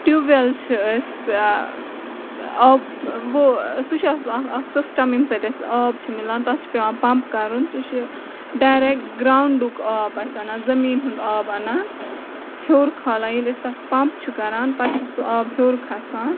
tube well چھِ أسۍ آب وہ سُہ چھُ آسان اکھ سِسٹم ییٚمہِ سۭتۍ أسۍ آب چھُ مِلان تَتھ چھُ پیوان پَمپ کَرُن سُہ چھِ ڈیریکٹ گرونڈُک آب اَسہِ اَنان زٔمیٖن ہُند آب اَسہِ اَنان ہیور کھالان ییٚلہِ أسۍ تَتھ پَمپ چھِ کران پَتہٕ چھُس سُہ آب ہیور کھسان